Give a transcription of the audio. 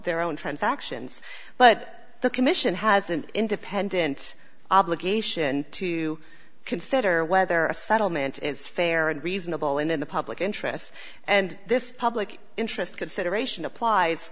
their own transactions but the commission has an independent obligation to consider whether a settlement is fair and reasonable and in the public interest and this public interest consideration applies